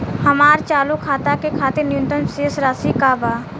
हमार चालू खाता के खातिर न्यूनतम शेष राशि का बा?